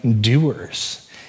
doers